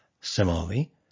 Similarly